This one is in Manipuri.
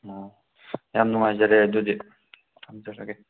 ꯑꯣ ꯌꯥꯝ ꯅꯨꯡꯉꯥꯏꯖꯔꯦ ꯑꯗꯨꯗꯤ ꯊꯝꯖꯔꯒꯦ